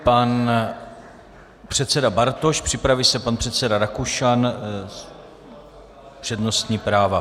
Pan předseda Bartoš, připraví se pan předseda Rakušan, přednostní práva.